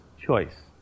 choice